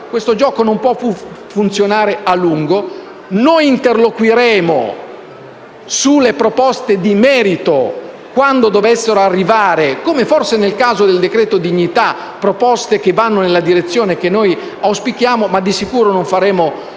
Questo gioco non può funzionare a lungo. Noi interloquiremo sulle proposte di merito quando dovessero arrivare, come forse nel caso del decreto dignità, che vadano nella direzione che noi auspichiamo, ma di sicuro non faremo sconti